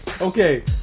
Okay